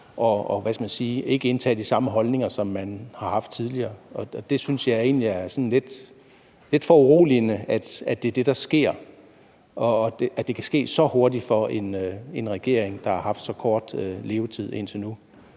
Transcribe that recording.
– ikke indtage de samme holdninger, som man har haft tidligere. Jeg syntes egentlig, det er lidt foruroligende, at det er det, der sker, og at det kan ske så hurtigt for en regering, der har haft så kort en levetid, som